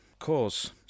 Cause